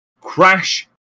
Crash